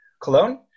Cologne